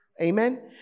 Amen